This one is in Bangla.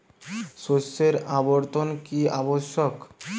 শস্যের আবর্তন কী আবশ্যক?